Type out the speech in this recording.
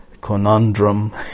conundrum